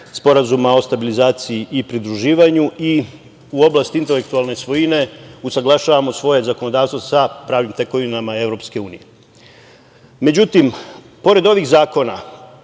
Sporazuma o stabilizaciji i pridruživanju i u oblasti intelektualne svojine usaglašavamo svoje zakonodavstvo sa pravim tekovinama EU.Međutim, pored ovih zakona